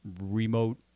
remote